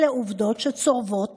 אלה עובדות שצורבות